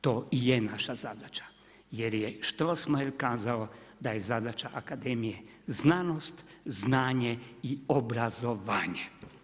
To i je naša zadaća, jer je Strossmayer kazao da je zadaća Akademije, znanost znanje i obrazovanje.